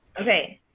Okay